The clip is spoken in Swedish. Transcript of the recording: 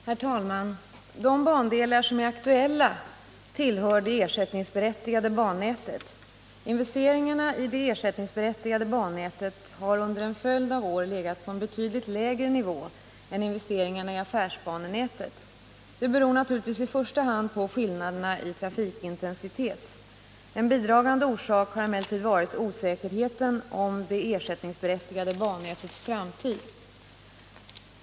Herr talman! De bandelar som är aktuella tillhör det ersättningsberättigade bannätet. Investeringarna i detta nät har under en följd av år legat på en betydligt lägre nivå än investeringarna i affärsbanenätet. Det beror naturligtvis i första hand på skillnaderna i trafikintensitet. En bidragande orsak har emellertid varit osäkerheten om det ersättningsberättigade bannätets framtid.